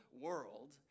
world